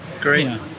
Great